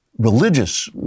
religious